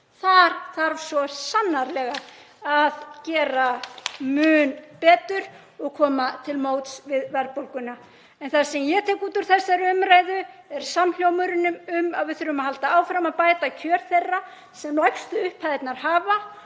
Þar þarf svo sannarlega að gera mun betur og koma til móts við verðbólguna. En það sem ég tek út úr þessari umræðu er samhljómurinn um að við þurfum að halda áfram að bæta kjör þeirra sem hafa lægstu upphæðirnar og